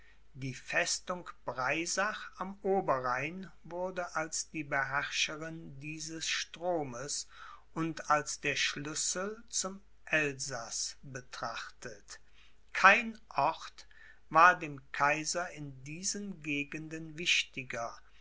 die festung breisach am oberrhein wurde als die beherrscherin dieses stromes und als der schlüssel zum elsaß betrachtet kein ort war dem kaiser in diesen gegenden wichtiger